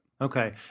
Okay